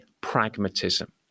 pragmatism